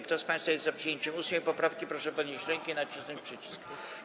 Kto z państwa jest za przyjęciem 8. poprawki, proszę podnieść rękę i nacisnąć przycisk.